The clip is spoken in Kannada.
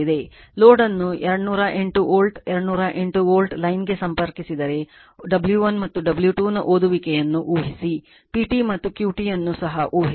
ಲೋಡ್ ಅನ್ನು 208 ವೋಲ್ಟ್ 208 ವೋಲ್ಟ್ ಲೈನ್ಗೆ ಸಂಪರ್ಕಿಸಿದರೆ W 1 ಮತ್ತು W 2 ನ ಓದುವಿಕೆಯನ್ನು ಊಹಿಸಿ PT ಮತ್ತು Q T ಅನ್ನು ಸಹ ಊಹಿಸಿ